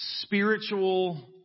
spiritual